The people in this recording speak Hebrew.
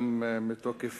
גם מתוקף